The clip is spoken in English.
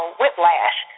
whiplash